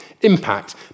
impact